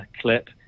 clip